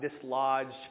dislodged